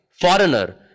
Foreigner